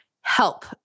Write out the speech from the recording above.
help